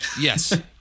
Yes